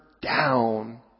down